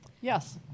Yes